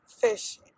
fish